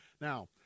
Now